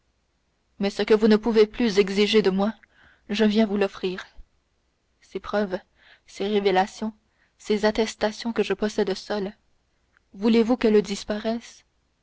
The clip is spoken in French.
mais ce que vous ne pouvez plus exiger de moi je viens vous l'offrir ces preuves ces révélations ces attestations que je possède seul voulez-vous qu'elles disparaissent